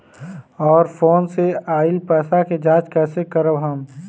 और फोन से आईल पैसा के जांच कैसे करब हम?